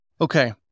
Okay